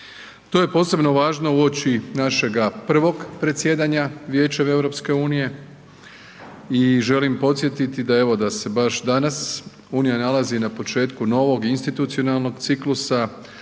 To je posebno važno uoči našega prvoga predsjedanja Vijećem EU i želim podsjetiti da evo, da se baš danas unija nalazi na početku novog i institucionalnog ciklusa